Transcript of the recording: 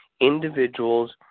individuals